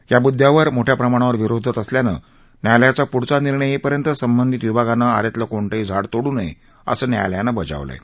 या मुदयावर मोठ्या प्रमाणावर विरोध होत असल्यानं न्यायालयाचा प्ढचा निर्णय येईपर्यंत संबंधित विभागानं आरेतलं कोणतही झाड तोडू नये असं न्यायालयानं बजावलं आहे